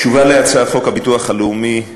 תשובה על הצעת חוק הביטוח הלאומי,